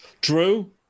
Drew